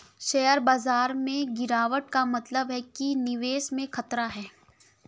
share बाजार में गिराबट का मतलब है कि निवेश में खतरा है